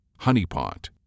Honeypot